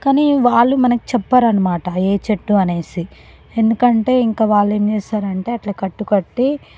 కానీ వాళ్ళు మనకు చెప్పరనమాట ఏ చెట్టు అనేసి ఎందుకంటే ఇంక వాళ్ళేం చేస్తారంటే అట్లా కట్లు కట్టి